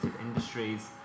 industries